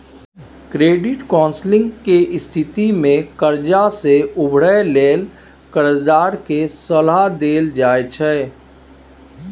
credit counselling के स्थिति में कर्जा से उबरय लेल कर्जदार के सलाह देल जाइ छइ